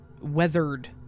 weathered